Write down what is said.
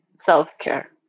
self-care